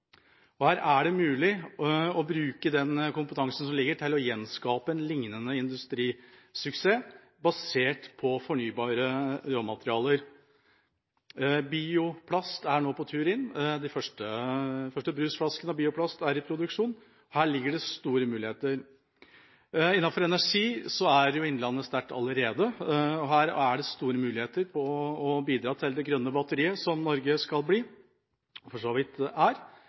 Her er det mulig å bruke den kompetansen som ligger der, til å gjenskape en lignende industrisuksess basert på fornybare råmaterialer. Bioplast er nå på tur inn. De første brusflaskene av bioplast er i produksjon. Her ligger det store muligheter. Innenfor energi er jo innlandet sterkt allerede, og her er det store muligheter til å bidra til det grønne batteriet som Norge skal bli, og for så vidt er.